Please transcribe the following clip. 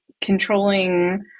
controlling